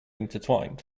intertwined